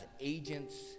agents